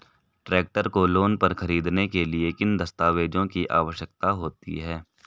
Tractor को loan पर खरीदने के लिए किन दस्तावेज़ों की आवश्यकता होती है?